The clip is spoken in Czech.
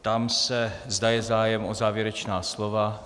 Ptám, se zda je zájem o závěrečná slova.